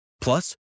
Plus